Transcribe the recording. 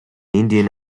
indian